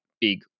big